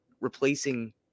replacing